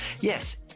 Yes